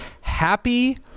Happy